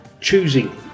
choosing